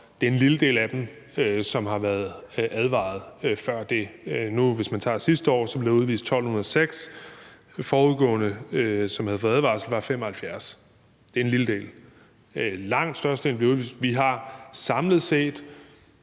Det er en lille del af dem, som har været advaret før det. Hvis man nu tager sidste år, blev der udvist 1.206, og det antal, som forudgående havde fået en advarsel, var 75. Det er en lille del. Langt størstedelen bliver udvist. Vi har samlet set,